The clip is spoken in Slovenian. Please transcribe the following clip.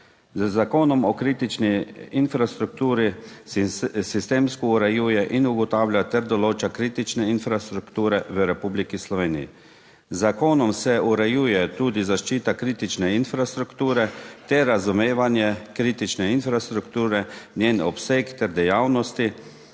Z Zakonom o kritični infrastrukturi se sistemsko urejuje in ugotavlja ter določa kritične infrastrukture v Republiki Sloveniji. Z zakonom se urejuje tudi zaščita kritične infrastrukture ter razumevanje kritične infrastrukture, njen obseg ter dejavnosti,